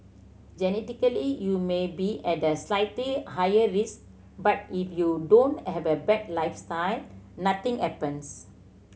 genetically you may be at a slightly higher risk but if you don't have a bad lifestyle nothing happens